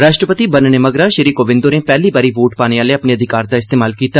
राश्ट्रपति बनने मगरा श्री कोविन्द होरें पैहली बारी वोट पाने आहले अपने अधिकार दा इस्तमाल कीता